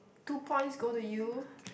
two points go to you